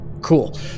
Cool